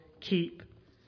keep